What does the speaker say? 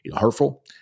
hurtful